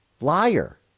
Liar